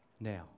Now